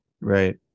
right